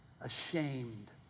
ashamed